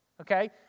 okay